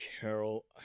Carol